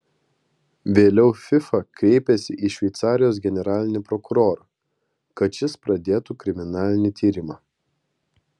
vėliau fifa kreipėsi į šveicarijos generalinį prokurorą kad šis pradėtų kriminalinį tyrimą